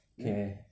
Okay